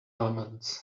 elements